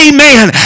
Amen